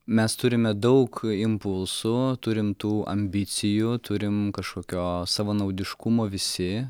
mes turime daug impulsų turim tų ambicijų turim kažkokio savanaudiškumo visi